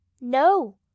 No